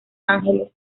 angeles